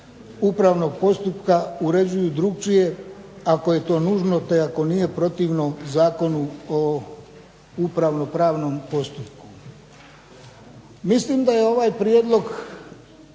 upravnog postupak uređuju drugačije ako je to nužno te ako nije protivno Zakonu o upravno-pravnom postupku. Mislim da je ovaj prijedlog